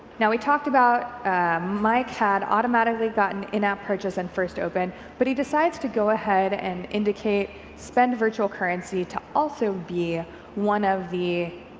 yeah we talked about mike had automatically gotten in-app purchase and first open but he decides to go ahead and indicate spend virtual currency to also be one of the